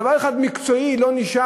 דבר מקצועי אחד לא נשאר,